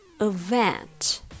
EVENT